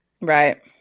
right